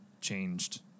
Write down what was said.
changed